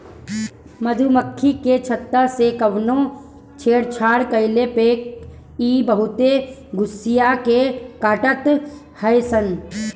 मधुमक्खी के छत्ता से कवनो छेड़छाड़ कईला पे इ बहुते गुस्सिया के काटत हई सन